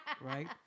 right